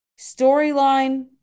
Storyline